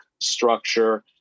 structure